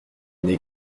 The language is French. n’est